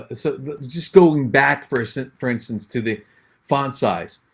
ah so just going back for a sec, for instance to the font size.